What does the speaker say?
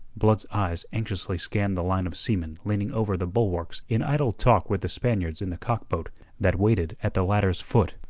blood's eyes anxiously scanned the line of seamen leaning over the bulwarks in idle talk with the spaniards in the cock-boat that waited at the ladder's foot.